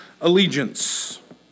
allegiance